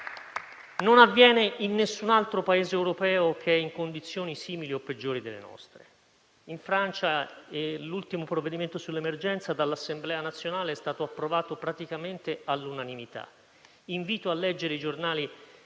non avviene in alcun altro Paese europeo, che è in condizioni simili o peggiori delle nostre. In Francia, l'ultimo provvedimento sull'emergenza è stato approvato dall'Assemblea nazionale praticamente all'unanimità. Invito a leggere i giornali